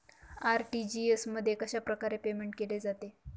RTGS मध्ये कशाप्रकारे payment केले जाते?